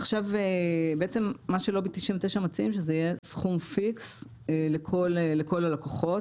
בעצם מה שלובי 99 מציעים זה שיהיה סכום פיקס לכל הלקוחות.